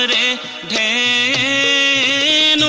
and a a